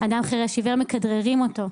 אדם חירש-עיוור מכדררים אותו.